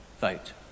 vote